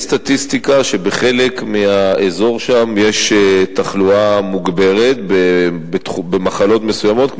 יש סטטיסטיקה שבחלק מהאזור שם יש תחלואה מוגברת במחלות מסוימות,